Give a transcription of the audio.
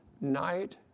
night